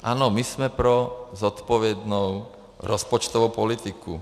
Ano, my jsme pro zodpovědnou rozpočtovou politiku.